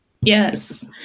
Yes